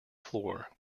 floor